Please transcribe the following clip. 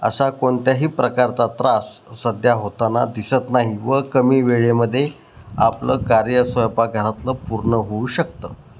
असा कोणत्याही प्रकारचा त्रास सध्या होताना दिसत नाही व कमी वेळेमध्ये आपलं कार्य स्वयंपाकघरातलं पूर्ण होऊ शकतं